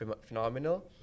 phenomenal